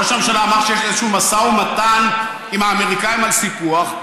ראש הממשלה אמר שיש איזשהו משא ומתן עם האמריקנים על סיפוח,